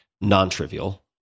non-trivial